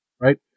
right